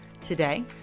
Today